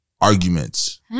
arguments